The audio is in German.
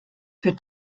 für